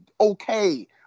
okay